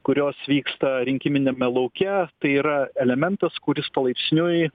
kurios vyksta rinkiminiame lauke tai yra elementas kuris palaipsniui